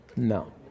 No